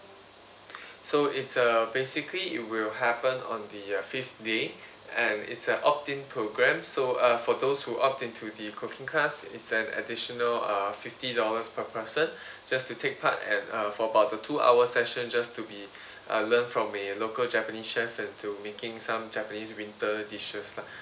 so it's uh basically it will happen on the uh fifth day and it's a opt in programme so uh for those who opt into the cooking class it's an additional uh fifty dollars per person just to take part and uh for about the two hour session just to be uh learn from a local japanese chef and to making some japanese winter dishes lah